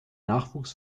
nachwuchs